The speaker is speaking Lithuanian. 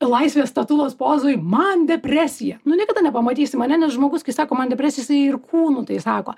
laisvės statulos pozoj man depresija nu niekada nepamatysim ane nes žmogus kai sako man depresija jisai ir kūnu tai sako